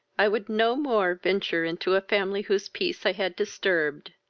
i would no more venture into a family whose peace i had disturbed,